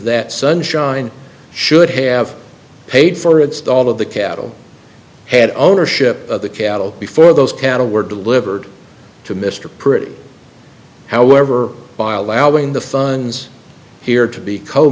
that sunshine should have paid for its all of the cattle had ownership of the cattle before those cattle were delivered to mr pretty however by allowing the fun's here to be co